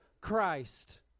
Christ